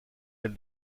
elle